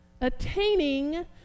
attaining